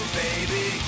baby